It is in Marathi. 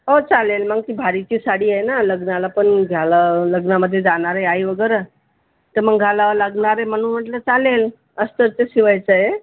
हो चालेल मग ती भारीची साडी आहे ना लग्नाला पण घाला लग्नामध्ये जाणार आहे आई वगैरे तर मग घालावं लागणार आहे म्हणून म्हटलं चालेल अस्तरचं शिवायचं आहे